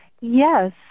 Yes